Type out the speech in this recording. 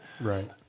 Right